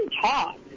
talk